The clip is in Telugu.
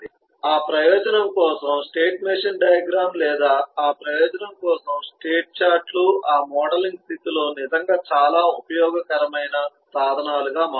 ఆ ప్రయోజనం కోసం స్టేట్ మెషిన్ డయాగ్రమ్ లేదా ఆ ప్రయోజనం కోసం స్టేట్ చార్టులు ఆ మోడలింగ్ స్థితిలో నిజంగా చాలా ఉపయోగకరమైన సాధనాలుగా మారతాయి